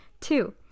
Two